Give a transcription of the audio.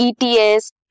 ETS